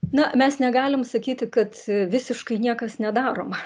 na mes negalim sakyti kad visiškai niekas nedaroma